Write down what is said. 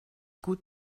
gut